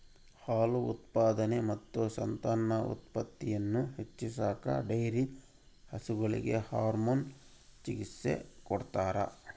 ಹಾಲು ಉತ್ಪಾದನೆ ಮತ್ತು ಸಂತಾನೋತ್ಪತ್ತಿಯನ್ನು ಹೆಚ್ಚಿಸಾಕ ಡೈರಿ ಹಸುಗಳಿಗೆ ಹಾರ್ಮೋನ್ ಚಿಕಿತ್ಸ ಕೊಡ್ತಾರ